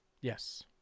Yes